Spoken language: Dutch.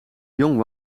jong